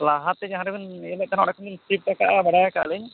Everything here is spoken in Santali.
ᱞᱟᱦᱟᱛᱮ ᱡᱟᱦᱟᱸ ᱨᱮᱵᱤᱱ ᱤᱭᱟᱹ ᱞᱮᱫᱼᱟ ᱚᱸᱰᱮ ᱠᱷᱚᱱ ᱵᱤᱱ ᱥᱤᱯᱷᱴ ᱠᱟᱜᱼᱟ ᱵᱟᱰᱟᱭ ᱠᱟᱜᱼᱟ ᱞᱤᱧ